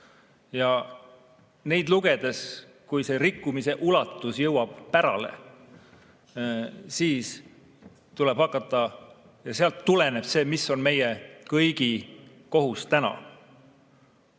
Kui neid lugeda ja kui see rikkumise ulatus jõuab pärale, siis sealt tuleneb see, mis on meie kõigi kohus täna.